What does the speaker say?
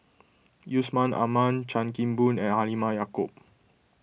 Yusman Aman Chan Kim Boon and Halimah Yacob